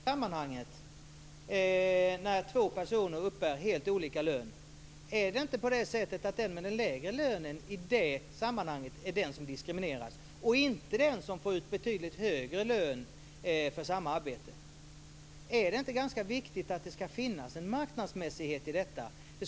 Fru talman! Jag fick inte något svar på vem det var som diskriminerades i ett sammanhang när två personer uppbär helt olika lön. Är det inte på det sättet att den med den lägre lönen är den som diskrimineras i det sammanhanget? Det är inte den som får ut betydligt högre lön för samma arbete. Är det inte ganska viktigt att det ska finnas en marknadsmässighet i detta?